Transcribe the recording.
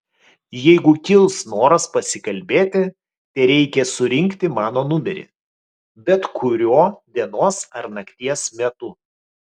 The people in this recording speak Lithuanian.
jeigu kils noras pasikalbėti tereikia surinkti mano numerį bet kuriuo dienos ar nakties metu